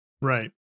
right